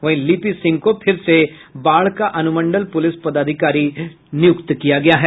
वहीं लिपि सिंह को फिर से बाढ़ का अनुमंडल पुलिस पदाधिकारी नियुक्त किया गया है